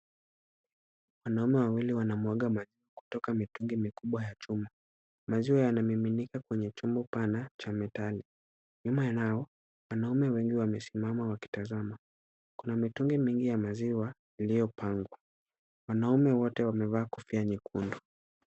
Wanaume wawili wanamwaga maziwa kutoka mitungi mikubwa ya chuma. Maziwa yanamiminika kwenye chombo pana cha [c]metali[c]. Nyuma yao, wanaume wengi wamesimama wakitazama. Kuna mitungi mingi ya maziwa yaliyopangwa. Wanaume wote wamevaa kofia nyekundu.